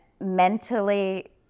mentally